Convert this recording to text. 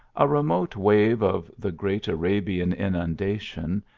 a remote wave of the great arabian inundation,